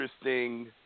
interesting